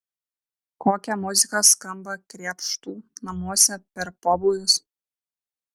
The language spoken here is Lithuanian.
kokia muzika skamba krėpštų namuose per pobūvius